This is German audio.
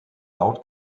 laut